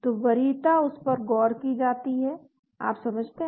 तो वरीयता उस पर गौर की जाती है आप समझते हैं